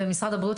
ומשרד הבריאות,